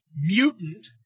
mutant